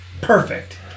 Perfect